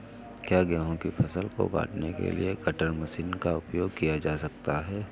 क्या गेहूँ की फसल को काटने के लिए कटर मशीन का उपयोग किया जा सकता है?